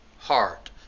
heart